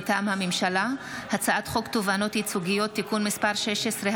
מטעם הממשלה: הצעת חוק תובענות ייצוגיות (תיקון מס' 16),